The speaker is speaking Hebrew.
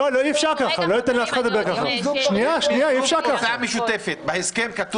אני רואה את ההסכם.